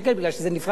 מפני שזה נפרס,